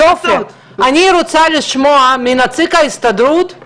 יופי, אני רוצה לשמוע מנציג ההסתדרות על